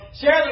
share